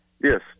Yes